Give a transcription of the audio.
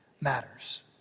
matters